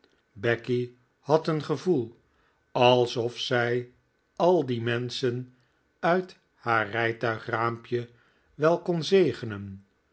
becky had een gevoel alsof zij al die menschen uit haar rijtuigraampje wel kon zegenen